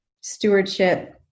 stewardship